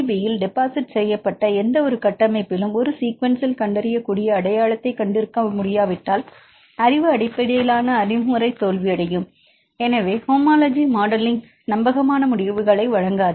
பியில் டெபாசிட் செய்யப்பட்ட எந்தவொரு கட்டமைப்பிலும் ஒரு சீக்வென்ஸில் கண்டறியக்கூடிய அடையாளத்தை கொண்டிருக்க முடியாவிட்டால் அறிவு அடிப்படையிலான அணுகுமுறை தோல்வியடையும் மற்றும் ஹோமோலஜி மாடலிங் நம்பகமான முடிவுகளை வழங்காது